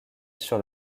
sur